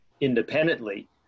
independently